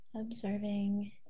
observing